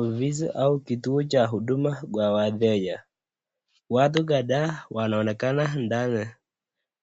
Ofisi au kituo cha huduma kwa wateja. Watu kadhaa wanaonekana ndani,